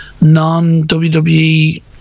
non-WWE